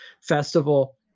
Festival